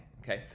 Okay